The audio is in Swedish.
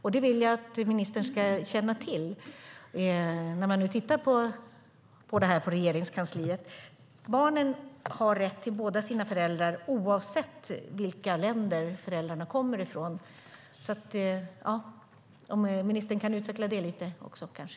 Detta vill jag att ministern ska känna till, när man nu tittar på detta inom Regeringskansliet. Barnen har rätt till båda sina föräldrar, oavsett vilka länder föräldrarna kommer från. Kan ministern kanske utveckla det lite?